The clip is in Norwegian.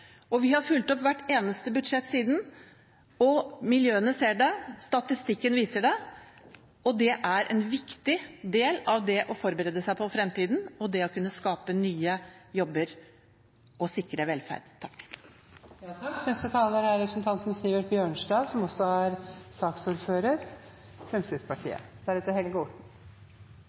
Og vi har fulgt opp i hvert eneste budsjett siden. Miljøene ser det, statistikken viser det. Det er en viktig del av det å forberede seg på fremtiden og det å kunne skape nye jobber og sikre velferden. Jeg skal straks takke for debatten, men jeg synes det er et par ting som henger igjen fra debatten. Det er